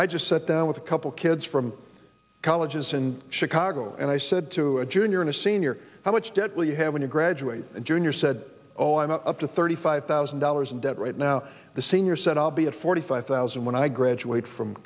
i just sat down with a couple kids from colleges in chicago and i said to a junior in a senior how much debt will you have when you graduate and junior said oh i'm up to thirty five thousand dollars in debt right now the senior said i'll be at forty five thousand when i graduate from